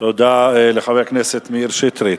תודה לחבר הכנסת מאיר שטרית.